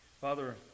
Father